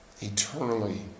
eternally